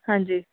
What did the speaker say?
ਹਾਂਜੀ